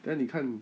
then 你看